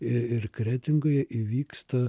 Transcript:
ir kretingoje įvyksta